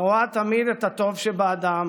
הרואה תמיד את הטוב שבאדם